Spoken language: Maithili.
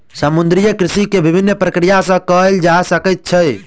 समुद्रीय कृषि के विभिन्न प्रक्रिया सॅ कयल जा सकैत छै